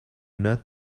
not